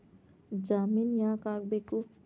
ಜಾಮಿನ್ ಯಾಕ್ ಆಗ್ಬೇಕು?